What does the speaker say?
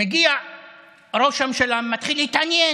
מגיע ראש הממשלה ומתחיל להתעניין,